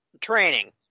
training